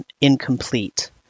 incomplete